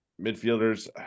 Midfielders